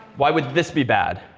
why would this be bad?